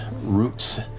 roots